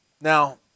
Now